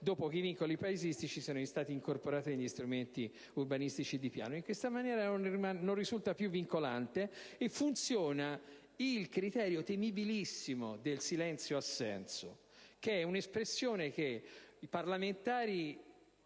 dopo che i vincoli paesistici sono stati incorporati dagli strumenti urbanistici di piano. In questa maniera non risulta più vincolante e funziona il criterio temibilissimo del silenzio assenso, un'espressione che i parlamentari